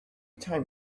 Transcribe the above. time